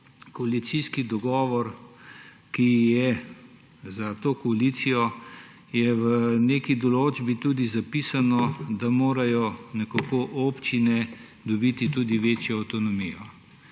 koalicijski dogovor, ki je za to koalicijo, je v neki določbi tudi zapisano, da morajo nekako občine dobiti tudi večjo avtonomijo.